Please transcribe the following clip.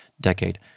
decade